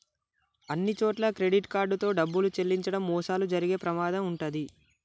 అన్నిచోట్లా credit card తో డబ్బులు చెల్లించడం మోసాలు జరిగే ప్రమాదం వుంటది